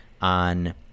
on